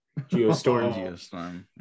Geostorm